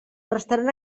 restaran